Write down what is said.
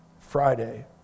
Friday